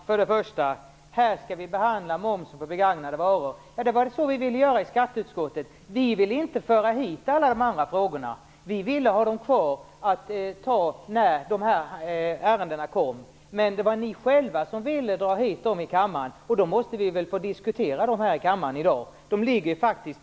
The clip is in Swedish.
Herr talman! Här skall vi behandla momsen på begagnade varor. Det var det vi ville göra i skatteutskottet. Vi ville inte föra hit alla de andra frågorna. Vi ville ha dem kvar och ta ställning till dem när de här ärendena kom. Men ni ville själva dra dem till kammaren, och då måste vi väl få diskutera dem här i dag. De ligger på vårt bord.